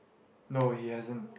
no he hasn't